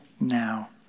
now